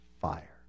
fire